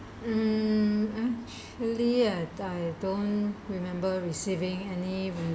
mm actually I I don't remember receiving any